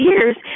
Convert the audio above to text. years